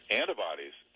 antibodies